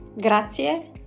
Grazie